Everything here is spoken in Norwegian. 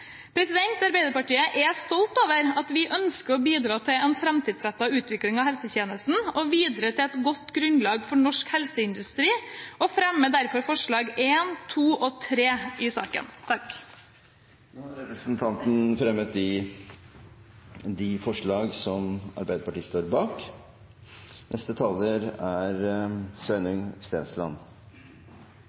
Arbeiderpartiet er stolt over at vi ønsker å bidra til en framtidsrettet utvikling av helsetjenesten og videre til et godt grunnlag for norsk helseindustri og fremmer derfor forslagene nr. 1, 2 og 3 i saken. Representanten Karianne O. Tung har tatt opp de